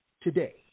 today